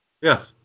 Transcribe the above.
Yes